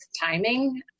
timing